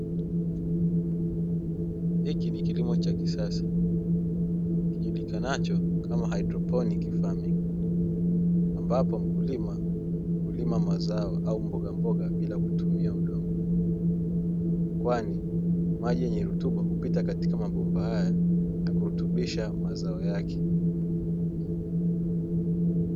Hiki ni kilimo cha kisasa kijulikanacho kama haidroponi, ambapo mkulima hulima mazao au mbogamboga bila kutumia udongo, kwani maji yenye rutuba hupita katika mambo mbaya na kurutubisha mazao yake.